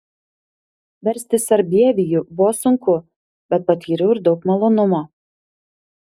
versti sarbievijų buvo sunku bet patyriau ir daug malonumo